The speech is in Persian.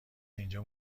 اینجا